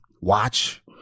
watch